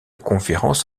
conférence